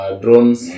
drones